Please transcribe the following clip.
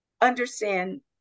understand